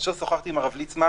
כאשר שוחחתי עם הרב ליצמן